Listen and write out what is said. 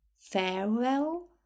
Farewell